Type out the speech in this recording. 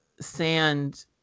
sand